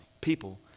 people